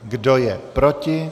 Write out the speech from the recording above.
Kdo je proti?